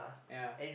ya